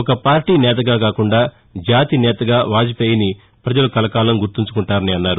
ఒక పార్లీ నేతగా కాకుండా జాతి నేతగా వాజ్పేయాని ప్రపజలు కలకాలం గుర్తుంచుకుంటారని అన్నారు